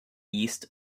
east